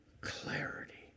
clarity